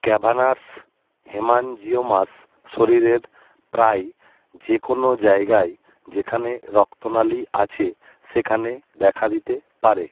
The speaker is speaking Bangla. ক্যাভানার্স হেম্যানজিওমাস শরীরের প্রায়ই যে কোনো জায়গায় যেখানে রক্তনালী আছে সেখানে দেখা দিতে পারে